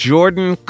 Jordan